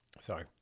Sorry